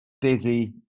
busy